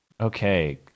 okay